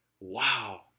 Wow